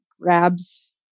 grabs